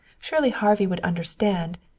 surely harvey would understand.